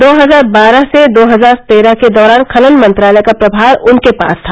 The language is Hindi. दो हजार बारह से दो हजार तेरह के दौरान खनन मंत्रालय का प्रभार उनके पास था